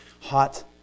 hot